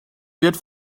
wird